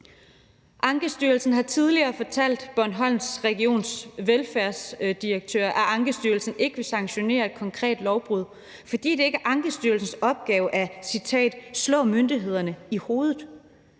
Ankestyrelsen har tidligere fortalt Bornholms Regionskommunes velfærdsdirektør, at Ankestyrelsen ikke vil sanktionere et konkret lovbrud, fordi det ikke er Ankestyrelsens opgave »at slå myndighederne i hovedet«.